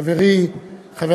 חברי חבר